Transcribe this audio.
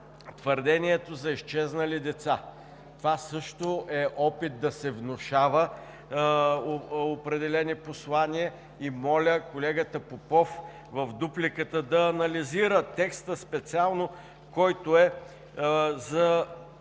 твърдението за изчезнали деца – това също е опит да се внушават определени послания и моля колегата Попов в дуплика да анализира специално текста, който е за